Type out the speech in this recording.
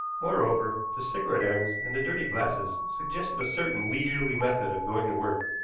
moreover, the cigarette-ends and the dirty glasses suggested a certain leisurely method of going to work,